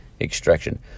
extraction